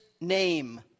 name